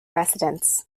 residents